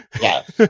Yes